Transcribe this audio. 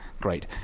great